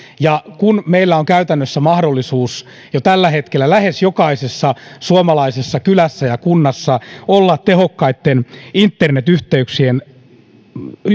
ja kun meillä on käytännössä mahdollisuus jo tällä hetkellä lähes jokaisessa suomalaisessa kylässä ja kunnassa olla tehokkaitten internetyhteyksien